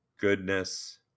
goodness